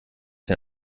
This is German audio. den